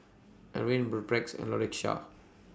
Ervin and Lakeisha